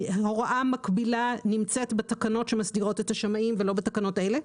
הוראה מקבילה נמצאת בתקנות שמסדירות את השמאים ולא בתקנות אלה.